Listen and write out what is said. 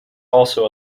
also